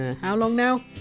how long now?